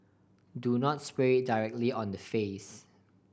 do not spray directly on the face